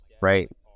right